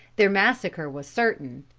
their massacre was certain.